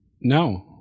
No